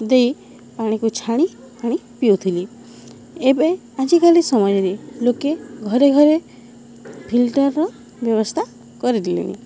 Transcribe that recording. ଦେଇ ପାଣିକୁ ଛାଣି ପାଣି ପିଉଥିଲି ଏବେ ଆଜିକାଲି ସମୟରେ ଲୋକେ ଘରେ ଘରେ ଫିଲ୍ଟରର ବ୍ୟବସ୍ଥା କରିଦେଲେଣି